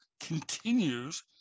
continues